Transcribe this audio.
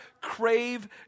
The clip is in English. crave